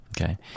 Okay